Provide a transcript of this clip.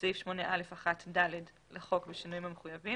בסעיף 8א1 לחוק בשינויים המחויבים".